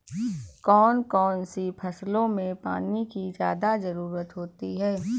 कौन कौन सी फसलों में पानी की ज्यादा ज़रुरत होती है?